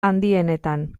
handienetan